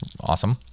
awesome